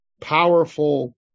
powerful